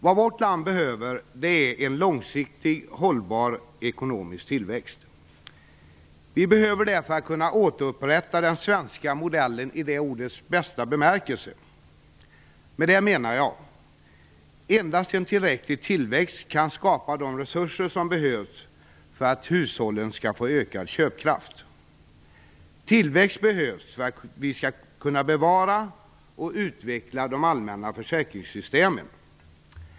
Vad vårt land behöver är en långsiktigt hållbar ekonomisk tillväxt. Vi behöver den för att kunna återupprätta den svenska modellen i ordets bästa bemärkelse. Med detta menar jag att endast en tillräcklig tillväxt kan skapa de resurser som behövs för att hushållen skall få ökad köpkraft. Tillväxt behövs för att vi skall kunna bevara och utveckla de allmänna försäkringssystemen.